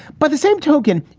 by the same token,